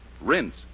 Rinse